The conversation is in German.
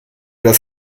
das